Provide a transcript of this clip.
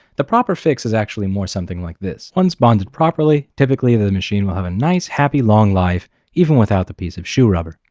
the proper fix is actually more something like this once bonded properly typically the machine will have a nice happy long life even without the piece of shoe rubber.